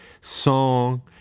song